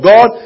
God